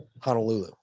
honolulu